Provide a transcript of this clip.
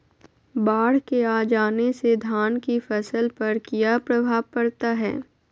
बाढ़ के आ जाने से धान की फसल पर किया प्रभाव पड़ता है?